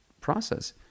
process